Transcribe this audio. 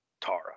Tara